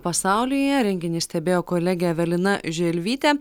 pasaulyje renginį stebėjo kolegė evelina želvytė